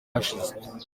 hashize